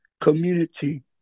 community